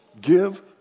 give